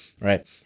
right